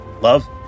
love